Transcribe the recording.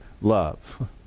love